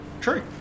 true